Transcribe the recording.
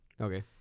Okay